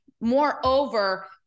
Moreover